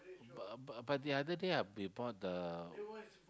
but but but the other day I you bought the